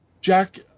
Jack